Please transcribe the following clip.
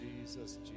Jesus